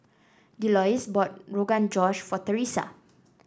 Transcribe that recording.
Delois bought Rogan Josh for Theresa